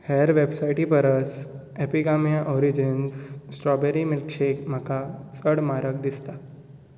हेर वेबसायटीं परस एपिगामिया ओरीजिंस स्ट्रॉबेरी मिल्कशेक म्हाका चड म्हारग दिसता